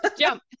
Jump